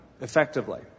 effectively